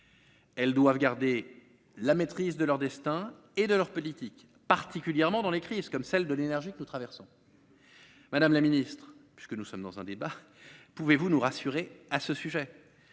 elles doivent garder la maîtrise de leur destin et de leur politique, particulièrement dans les crises comme celle de l'énergie que nous traversons, madame la Ministre, puisque nous sommes dans un débat, pouvez-vous nous rassurer à ce sujet,